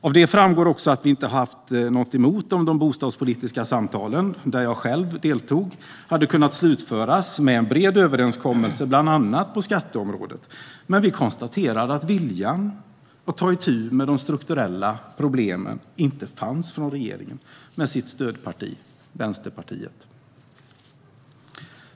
Av det framgår också att vi inte hade haft något emot om de bostadspolitiska samtalen, där jag själv deltog, hade kunnat slutföras med en bred överenskommelse på bland annat skatteområdet. Men viljan att ta itu med de strukturella problemen har inte funnits hos regeringen och stödpartiet Vänsterpartiet.